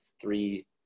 three